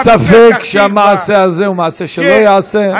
אין ספק שהמעשה הזה הוא מעשה שלא יעשה.